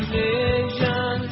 vision